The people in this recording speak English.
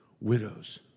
widows